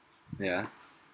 yeah